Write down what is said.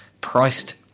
priced